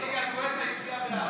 יגאל גואטה הצביע בעד.